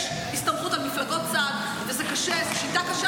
יש לנו אחריות כקואליציה, זה הכול.